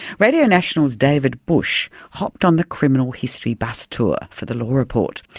radio national's david busch hopped on the criminal history bus tour for the law report,